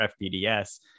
FPDS